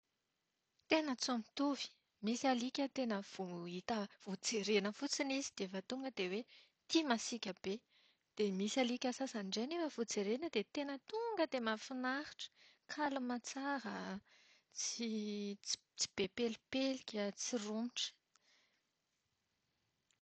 Tena tsy mitovy. Misy alika tena vao hita vao jerena fotsiny izy dia efa tonga dia hoe ty masiaka be. Dia misy alika sasany indray vao jerena dia tena tonga dia mahafinaritra, kalma tsara, tsy tsy be pelipelika tsy romotra.